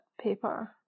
paper